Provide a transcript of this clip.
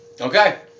Okay